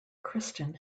kristen